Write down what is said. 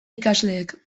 ikasleek